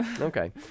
Okay